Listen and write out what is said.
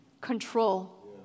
control